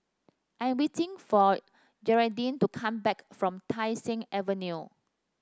I am waiting for Gearldine to come back from Tai Seng Avenue